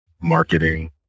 marketing